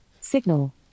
Signal